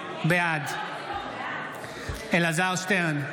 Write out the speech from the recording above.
בעד אלעזר שטרן,